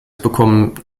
bekommen